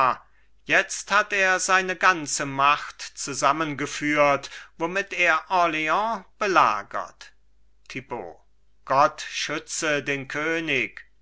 jetzt hat er seine ganze macht zusammen geführt womit er orleans belagert thibaut gott schütze den könig